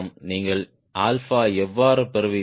நீங்கள் 𝛼 எவ்வாறு பெறுவீர்கள்